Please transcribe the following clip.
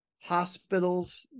hospitals